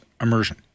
immersion